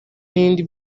n’ibindi